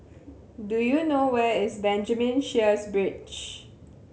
do you know where is Benjamin Sheares Bridge